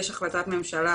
יש החלטת ממשלה